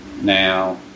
Now